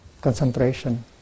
concentration